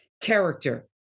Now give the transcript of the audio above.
character